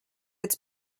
its